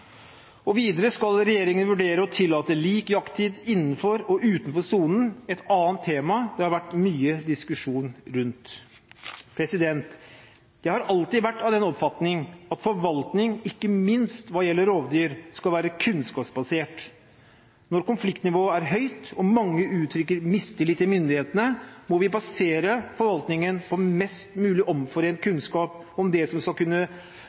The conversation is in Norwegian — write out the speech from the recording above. ynglinger. Videre skal regjeringen vurdere å tillate lik jakttid innenfor og utenfor sonen, et annet tema det har vært mye diskusjon rundt. Jeg har alltid vært av den oppfatning at forvaltning, ikke minst hva gjelder rovdyr, skal være kunnskapsbasert. Når konfliktnivået er høyt, og mange uttrykker mistillit til myndighetene, må vi basere forvaltningen på mest mulig omforent kunnskap som det skal kunne